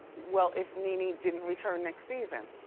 well if nene didn't return next season?